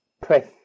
press